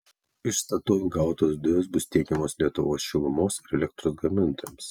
iš statoil gautos dujos bus tiekiamos lietuvos šilumos ir elektros gamintojams